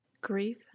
Grief